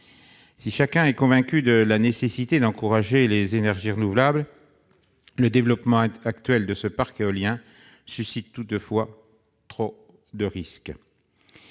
Si chacun est convaincu de la nécessité d'encourager les énergies renouvelables, le développement actuel de ce parc éolien suscite trop de risques,